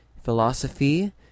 philosophy